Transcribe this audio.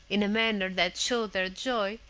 in a manner that showed their joy,